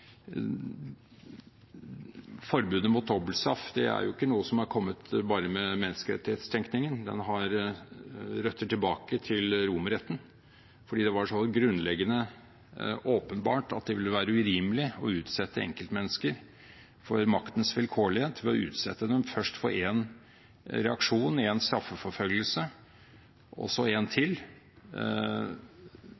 har røtter tilbake til romerretten, fordi det var så grunnleggende åpenbart at det ville være urimelig å utsette enkeltmennesker for maktens vilkårlighet ved å utsette dem først for én reaksjon i en straffeforfølgelse, og så én til.